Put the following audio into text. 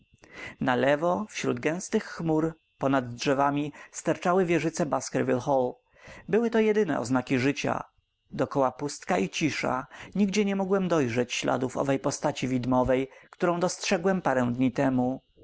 na lewo wśród gęstych chmur po nad drzewami sterczały wieżyce baskerville hall były to jedyne oznaki życia dokoła pustka i cisza nigdzie nie mogłem dojrzeć śladów owej postaci widmowej którą dostrzegłem parę dni temu